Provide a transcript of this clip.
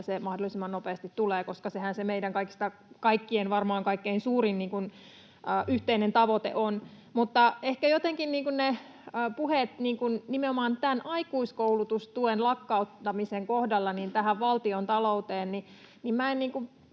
se mahdollisimman nopeasti tulee, koska sehän se meidän kaikkien varmaan kaikkein suurin yhteinen tavoite on. Mutta ehkä jotenkin ne puheet, nimenomaan tämän aikuiskoulutustuen lakkauttamisen kohdalla, tähän valtiontalouteen, niin minä en